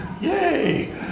yay